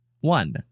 One